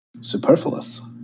Superfluous